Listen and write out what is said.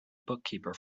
bookkeeper